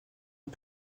ont